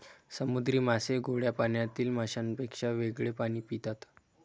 समुद्री मासे गोड्या पाण्यातील माशांपेक्षा वेगळे पाणी पितात